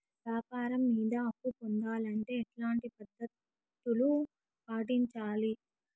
వ్యాపారం మీద అప్పు పొందాలంటే ఎట్లాంటి పద్ధతులు పాటించాలి?